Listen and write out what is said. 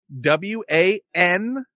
W-A-N